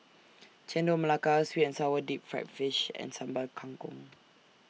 Chendol Melaka Sweet and Sour Deep Fried Fish and Sambal Kangkong